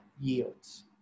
yields